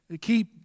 Keep